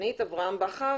אברהם בכר